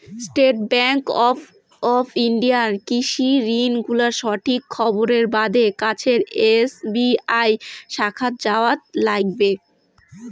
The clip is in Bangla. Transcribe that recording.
স্টেট ব্যাংক অফ ইন্ডিয়ার কৃষি ঋণ গুলার সঠিক খবরের বাদে কাছের এস.বি.আই শাখাত যাওয়াৎ লাইগবে